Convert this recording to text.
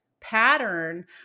pattern